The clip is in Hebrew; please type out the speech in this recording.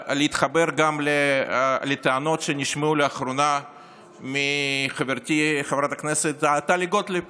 אני רוצה להתחבר גם לטענות שנשמעו לאחרונה מחברתי חברת הכנסת טלי גוטליב